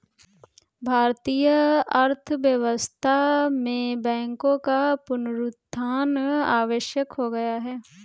भारतीय अर्थव्यवस्था में बैंकों का पुनरुत्थान आवश्यक हो गया है